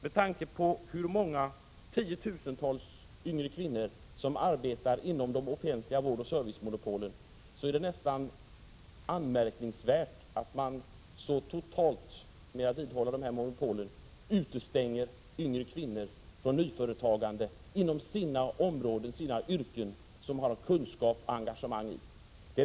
Med tanke på att tiotusentals unga kvinnor arbetar inom de offentliga vårdoch servicemonopolen är det nästan anmärkningsvärt att man så totalt, genom att vidhålla dessa monopol, utestänger yngre kvinnor från nyföretagande inom yrken som de har kunskaper och engagemang i.